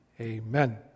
Amen